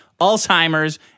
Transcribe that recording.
Alzheimer's